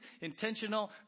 intentional